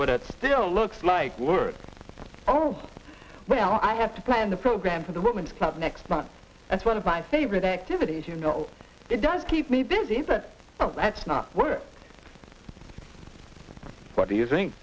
but it still looks like we're oh well i have to plan the program for the woman's club next month that's one of my favorite activities you know it does keep me busy but that's not what i do you think